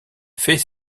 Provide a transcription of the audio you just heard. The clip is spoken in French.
fait